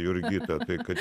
jurgita tai kad